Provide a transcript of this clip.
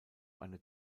eine